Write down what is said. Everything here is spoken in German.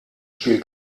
spiel